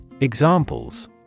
Examples